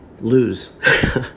lose